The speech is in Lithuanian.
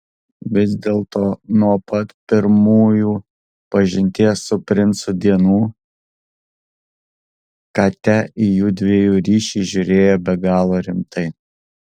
vis dėlto nuo pat pirmųjų pažinties su princu dienų kate į jųdviejų ryšį žiūrėjo be galo rimtai